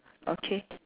okay